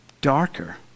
darker